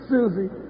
Susie